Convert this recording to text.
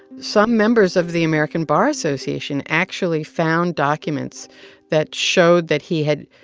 some members of the american bar association actually found documents that showed that he had,